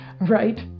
right